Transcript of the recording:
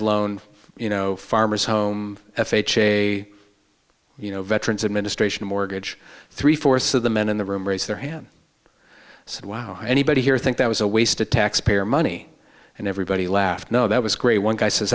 loan you know farmer's home f h a you know veterans administration mortgage three fourths of the men in the room raise their hand said wow anybody here think that was a waste of taxpayer money and everybody laughed no it was great one guy says